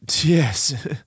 Yes